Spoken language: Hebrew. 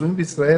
בנישואים בישראל,